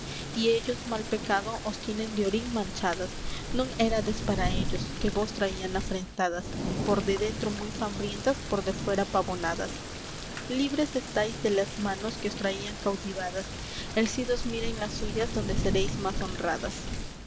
ellos mal pecado os tienen de orín manchadas non érades para ellos que vos traían afrentadas por de dentro muy fambrientas por de fuera pavonadas libres estáis de las manos que os traían cautivadas el cid os mira en las suyas donde seréis más honradas